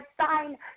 sign